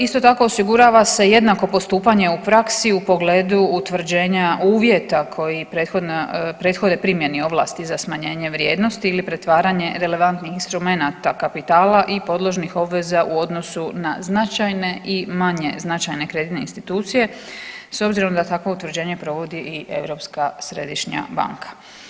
Isto tako osigurava se jednako postupanje u praksi u pogledu utvrđenja uvjeta koji prethode primjeni ovlasti za smanjenje vrijednosti ili pretvaranje relevantnih instrumenata kapitala i podložnih obveza u odnosu na značajne i manje značajne kreditne institucije s obzirom da takvo utvrđenje provodi i Europska središnja banka.